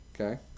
Okay